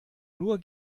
nur